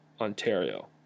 Ontario